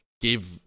give